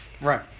Right